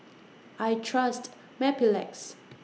I Trust Mepilex